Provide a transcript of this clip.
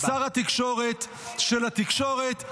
שר התקשורת של התקשורת,